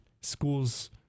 schools